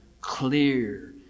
clear